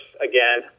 again